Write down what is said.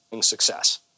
success